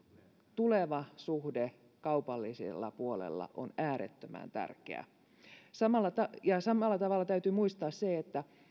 tuleva suhde kaupallisella puolella on äärettömän tärkeä samalla tavalla täytyy muistaa se että